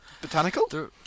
Botanical